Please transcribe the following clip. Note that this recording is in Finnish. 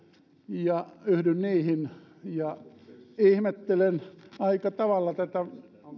ja yhdyn niihin ihmettelen aika tavalla tätä